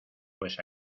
pues